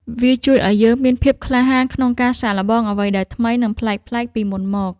វាជួយឱ្យយើងមានភាពក្លាហានក្នុងការសាកល្បងអ្វីដែលថ្មី និងប្លែកៗពីមុនមក។